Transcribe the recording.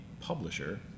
publisher